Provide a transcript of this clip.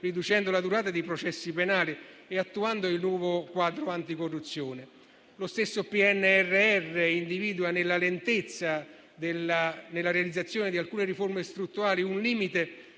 riducendo la durata dei processi penali e attuando il nuovo quadro anticorruzione. Lo stesso PNRR individua nella lentezza della realizzazione di alcune riforme strutturali un limite